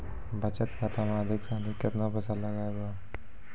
बचत खाता मे अधिक से अधिक केतना पैसा लगाय ब?